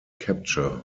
capture